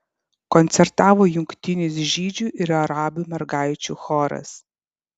koncertavo jungtinis žydžių ir arabių mergaičių choras